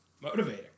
Motivating